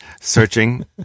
Searching